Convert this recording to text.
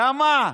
למה?